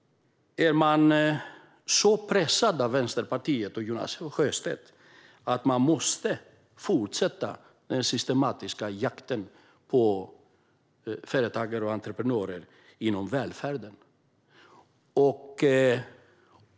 Är man så pressad av Vänsterpartiet och Jonas Sjöstedt att man måste fortsätta den systematiska jakten på företagare och entreprenörer inom välfärden?